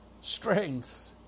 strength